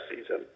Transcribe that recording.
season